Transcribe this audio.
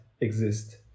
exist